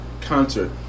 concert